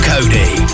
Cody